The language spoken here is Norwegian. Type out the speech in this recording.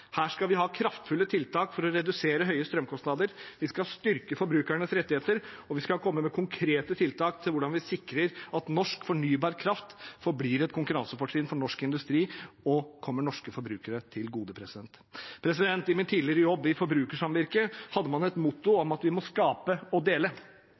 Her skal vi ha kraftfulle tiltak for å redusere høye strømkostnader, vi skal styrke forbrukernes rettigheter, og vi skal komme med konkrete tiltak til hvordan vi sikrer at norsk fornybar kraft forblir et konkurransefortrinn for norsk industri og kommer norske forbrukere til gode. I min tidligere jobb, i forbrukersamvirket, hadde man et motto om at vi må skape og dele.